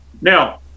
Now